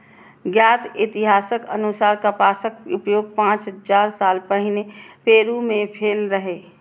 ज्ञात इतिहासक अनुसार कपासक उपयोग पांच हजार साल पहिने पेरु मे भेल रहै